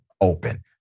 open